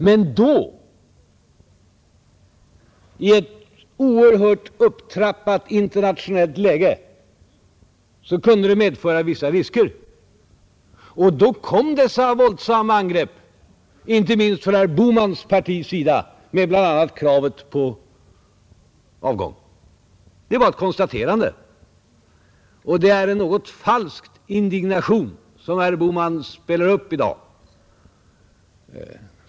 Men då i ett oerhört upptrappat internationellt läge kunde det medföra vissa risker, och då kom dessa våldsamma angrepp inte minst från herr Bohmans partis sida med bl.a. kravet på min avgång. Det är bara ett konstaterande. Det är en något falsk indignation som herr Bohman spelar upp i dag.